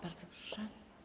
Bardzo proszę.